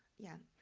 yeah.